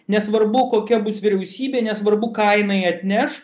nesvarbu kokia bus vyriausybė nesvarbu ką jinai atneš